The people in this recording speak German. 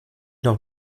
noch